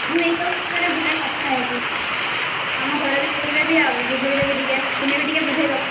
ମୁଁ ଏଇ ସବୁ ବିଷୟରେ ଘରେ କଥା ହେବି ଆମ ଘରେ ବି କହିଦେବି ଆଉ ବୁଝେଇଦେବି ଟିକିଏ ତୁମେ ବି ଟିକିଏ ବୁଝେଇଦେବ